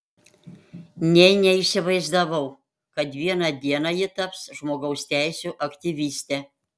nė neįsivaizdavo kad vieną dieną ji taps žmogaus teisių aktyviste